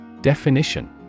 Definition